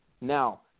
Now